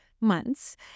months